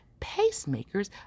pacemakers